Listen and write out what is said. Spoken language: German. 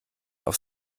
auf